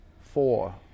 four